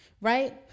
right